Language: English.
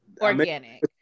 Organic